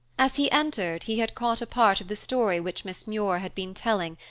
as he entered, he had caught a part of the story which miss muir had been telling,